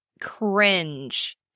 cringe